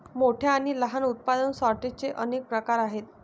मोठ्या आणि लहान उत्पादन सॉर्टर्सचे अनेक प्रकार आहेत